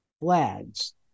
flags